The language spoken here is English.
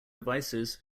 devices